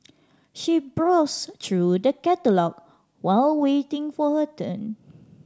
she browsed through the catalogue while waiting for her turn